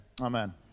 amen